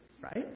Right